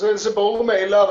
זה ברור מאליו.